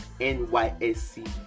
NYSC